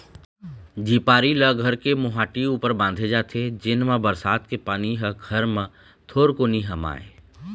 झिपारी ल घर के मोहाटी ऊपर बांधे जाथे जेन मा बरसात के पानी ह घर म थोरको नी हमाय